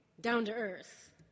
Down-to-earth